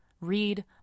read